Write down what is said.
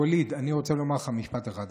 ואליד, אני רוצה לומר משפט אחד.